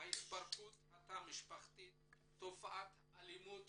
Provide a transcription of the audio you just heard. התפרקות התא המשפחתי ואת תופעת האלימות